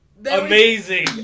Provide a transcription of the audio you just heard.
amazing